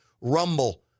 Rumble